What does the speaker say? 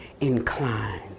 inclined